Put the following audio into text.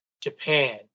japan